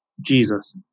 Jesus